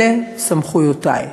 אלה סמכויותי.